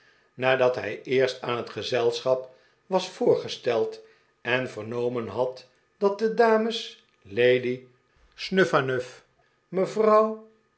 nadat hij eerst aan het gezelschap was voorgesteld en vernomen had dat de dames lady snuphanuph mevrouw